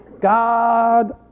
God